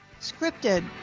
Scripted